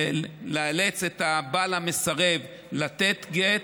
לאלץ את הבעל המסרב לתת גט.